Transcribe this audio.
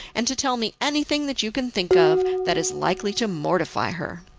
and to tell me anything that you can think of that is likely to mortify her.